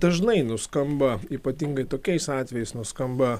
dažnai nuskamba ypatingai tokiais atvejais nuskamba